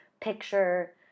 picture